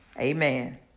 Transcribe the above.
Amen